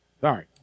Sorry